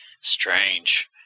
Strange